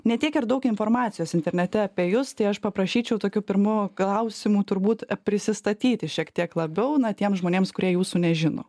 ne tiek ir daug informacijos internete apie jus tai aš paprašyčiau tokiu pirmu klausimu turbūt prisistatyti šiek tiek labiau na tiems žmonėms kurie jūsų nežino